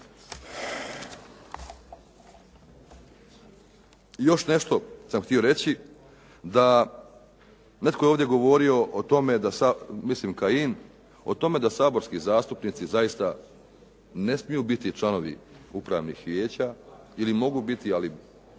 Još nešto sam htio reći, da netko je ovdje govorio o tome da, mislim Kajin, o tome da saborski zastupnici zaista ne smiju biti članovi upravnih vijeća, ili mogu biti ali